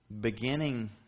beginning